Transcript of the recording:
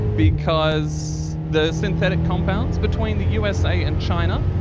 because the synthetic compounds, between the usa and china,